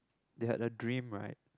they had a dream right